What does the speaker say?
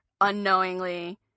Unknowingly